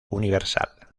universal